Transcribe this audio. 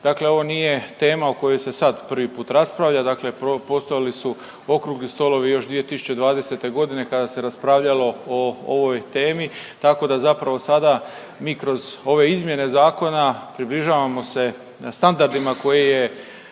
Dakle ovo nije tema o kojoj se sad prvi put raspravlja, dakle postojali su Okrugli stolovi još 2020.g. kada se raspravljalo o ovoj temi, tako da zapravo sada mi kroz ove izmjene zakona približavamo se standardima koje je